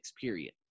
period